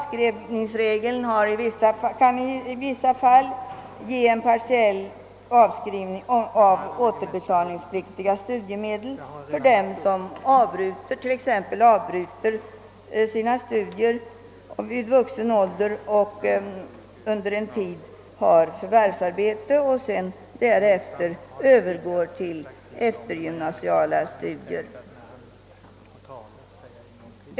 Avskrivningsregeln kan i vissa fall ge en partiell avskrivning av återbetalningspliktiga studiemedel för den som t.ex. avbryter sina studier vid vuxen ålder och under en tid har förvärvsarbete och därefter övergår till eftergymnasiala studier.